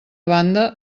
banda